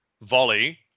volley